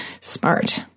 smart